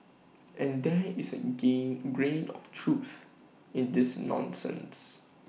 and there is A gain grain of truth in this nonsense